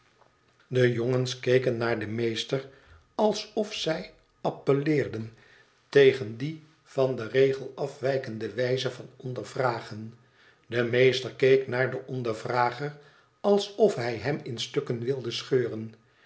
de jongens keken naar den meester alsof zij appelleerden tegen dien van den regel afwijkende wijze van ondervragen de meester keek naar den ondervrager alsof hij hem in stukken wilde scheuren